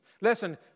Listen